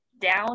down